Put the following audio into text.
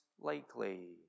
likely